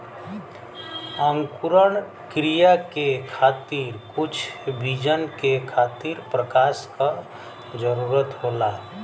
अंकुरण क्रिया के खातिर कुछ बीजन के खातिर प्रकाश क जरूरत होला